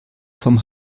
vom